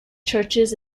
churches